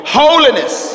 holiness